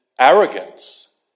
arrogance